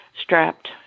strapped